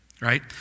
right